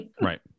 Right